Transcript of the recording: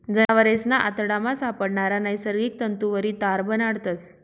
जनावरेसना आतडामा सापडणारा नैसर्गिक तंतुवरी तार बनाडतस